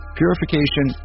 purification